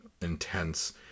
intense